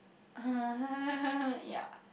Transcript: ya